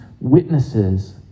witnesses